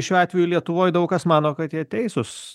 šiuo atveju lietuvoj daug kas mano kad jie teisūs